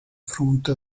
fronte